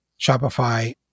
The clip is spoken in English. Shopify